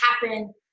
happen